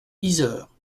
yzeure